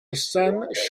shines